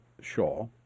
Shaw